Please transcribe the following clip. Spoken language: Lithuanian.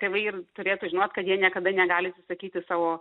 tėvai ir turėtų žinot kad jie niekada negali atsisakyti savo